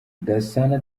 gasana